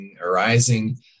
arising